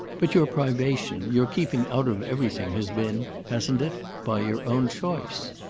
but your privation, your keeping out of everything, has been hasn't it by your own choice.